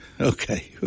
Okay